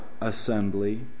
assembly